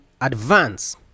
advance